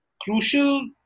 crucial